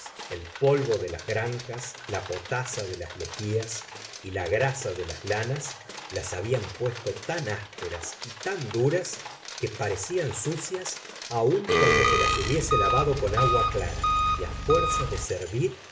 el polvo de las granjas la potasa de las lejías y la grasa de las lanas las habían puesto tan ásperas y tan duras que parecían sucias aun cuando se las hubiese lavado con la señora de bovary agua clara y fuerza de servir